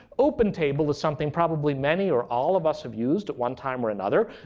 opentable is something probably many or all of us have used at one time or another.